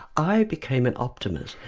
i became an optimist.